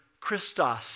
Christos